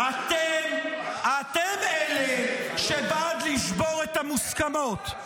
אתם אלה שבעד לשבור את המוסכמות.